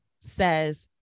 says